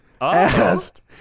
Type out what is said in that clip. asked